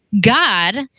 God